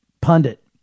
pundit